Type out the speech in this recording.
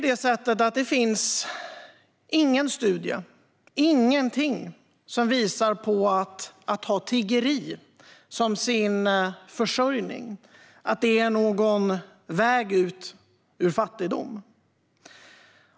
Det finns ingen studie - ingenting - som visar på att det är någon väg ut ur fattigdom att ha tiggeri som sin försörjning.